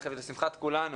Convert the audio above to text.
ולשמחת כולנו,